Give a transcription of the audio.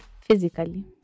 physically